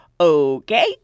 okay